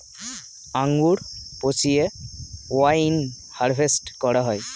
আঙ্গুর পচিয়ে wine harvest করা হয়